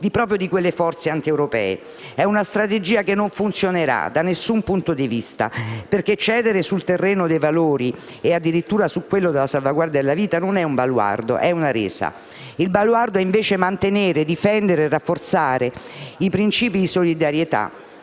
di quelle forze antieuropee. È una strategia che non funzionerà, da nessun punto di vista, perché cedere sul terreno dei valori e addirittura su quello della salvaguardia della vita non è un baluardo, è una resa. Il baluardo è invece mantenere, difendere e rafforzare i princìpi di solidarietà